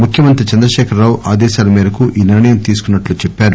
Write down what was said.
ముఖ్యమంత్రి చంద్రకేఖర్ రావు ఆదేశాల మేరకు ఈ నిర్ణయం తీసుకున్నట్లు చెప్పారు